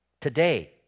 today